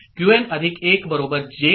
Qn1 J